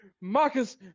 Marcus